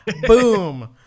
Boom